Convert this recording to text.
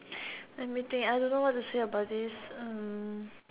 let me think I don't know what to say about this um